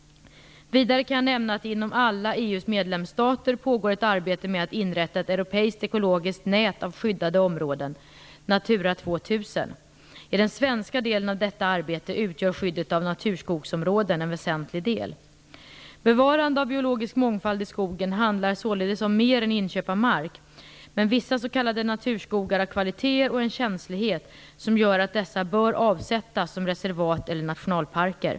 Vidare kan jag nämna att det inom alla EU:s medlemsstater pågår ett arbete med att inrätta ett europeiskt ekologiskt nät av skyddade områden - Natura 2000. I den svenska delen av detta arbete utgör skyddet av naturskogsområden en väsentlig del. Bevarande av biologisk mångfald i skogen handlar således om mer än inköp av mark, men vissa s.k. naturskogar har kvaliteter och en känslighet som gör att dessa bör avsättas som reservat eller nationalparker.